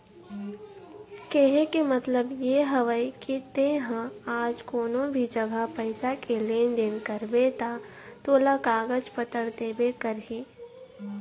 केहे के मतलब ये हवय के ते हा आज कोनो भी जघा पइसा के लेन देन करबे ता तोला कागज पतर देबे करही